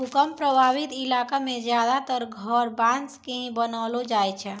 भूकंप प्रभावित इलाका मॅ ज्यादातर घर बांस के ही बनैलो जाय छै